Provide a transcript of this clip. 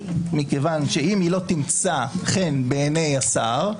מכיוון שאם היא לא תמצא חן בעיני השר,